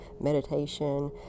meditation